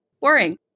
boring